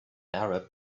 arab